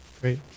great